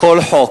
כל חוק,